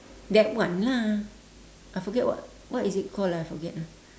that one lah I forget what what is it called ah forget ah